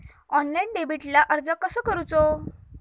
Online डेबिटला अर्ज कसो करूचो?